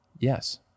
Yes